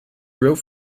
wrote